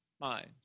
mind